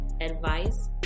advice